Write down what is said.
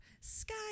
Sky